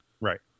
Right